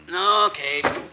Okay